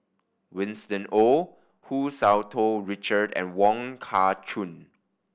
Winston Oh Hu Tsu Tau Richard and Wong Kah Chun